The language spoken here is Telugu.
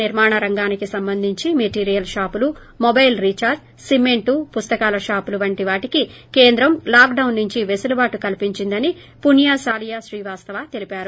నిర్మాణ రంగానికి సంబంధించిన మెటీరియల్ పాపులు మొబైల్ రీదార్ట్ సిమెంట్ పుస్తకాల షాపులు వంటి వాటికి కేంద్రం లాక్డౌస్ నుంచి వెసులుబాటు కల్పించిందని పుణ్య సాలియా శ్రీవాస్తవ తెలిపారు